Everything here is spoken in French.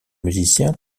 musiciens